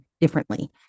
differently